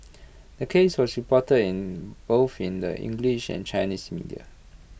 the case was reported in both in the English and Chinese media